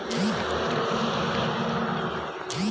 কি কি ফসল আমরা হিমঘর এ রাখতে পারব?